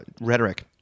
rhetoric